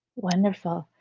wonderful.